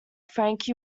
frankie